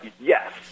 Yes